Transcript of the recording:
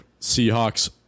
Seahawks